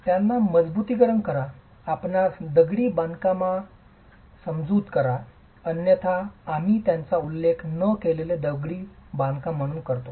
त्यांना मजबुतीकरण करा आपणास दगडी बांधकाममजबूत करा अन्यथा आम्ही त्यांचा उल्लेख न केलेले दगडी बांधकाम म्हणून करतो